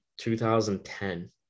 2010